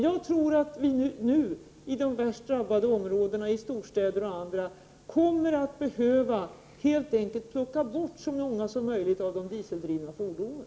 Jag tror att vi i de värst drabbade områdena, i storstäderna, kommer att behöva ta bort så många som möjligt av de dieseldrivna fordonen.